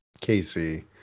Casey